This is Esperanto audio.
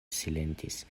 silentis